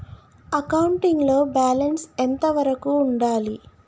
Accounting లో balance ఎంత వరకు ఉండాలి?